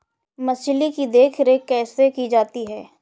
मछली की देखरेख कैसे की जाती है?